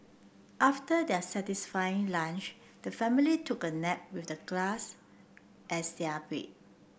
after their satisfying lunch the family took a nap with the grass as their bed